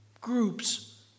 groups